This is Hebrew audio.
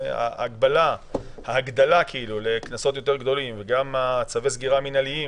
שגם ההגדלה לקנסות יותר גדולים וגם צווי הסגירה המינהליים,